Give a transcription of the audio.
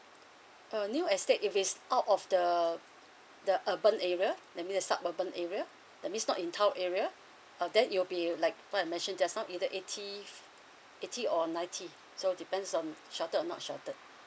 a new estate if it's out of the the urban area that means the sub urban area that means not in town area or that you'll be like what I mentioned just now either eighty eighty or ninety so depends um sheltered or not sheltered